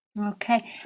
okay